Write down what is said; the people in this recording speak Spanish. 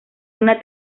una